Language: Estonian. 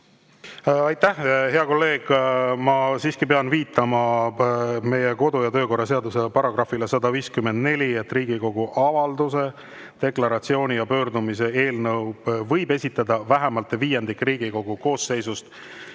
Aitäh, hea kolleeg! Ma siiski pean viitama meie kodu‑ ja töökorra seaduse §‑le 154, mille järgi võib Riigikogu avalduse, deklaratsiooni ja pöördumise eelnõu esitada vähemalt viiendik Riigikogu koosseisust.